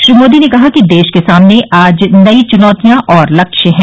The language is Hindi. श्री मोदी ने कहा कि देश के सामने आज नई चुनौतियां और लक्ष्य हैं